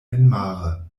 enmare